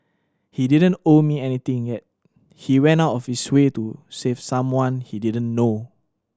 he didn't owe me anything yet he went out of his way to save someone he didn't know